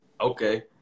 Okay